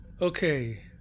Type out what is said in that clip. Okay